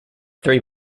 three